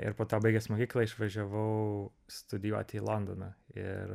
ir po to baigęs mokyklą išvažiavau studijuoti į londoną ir